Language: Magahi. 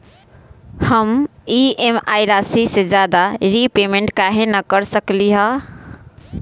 हम ई.एम.आई राशि से ज्यादा रीपेमेंट कहे न कर सकलि ह?